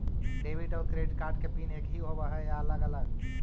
Debit और credit card के PIN एकही होव हइ या अलग अलग?